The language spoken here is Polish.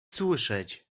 słyszeć